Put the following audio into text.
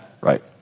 Right